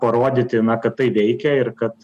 parodyti na kad tai veikia ir kad